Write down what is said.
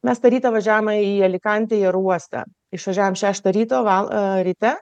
mes tą rytą važiavome į alikantę į aerouostą išvažiavom šeštą ryto val ryte